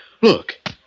Look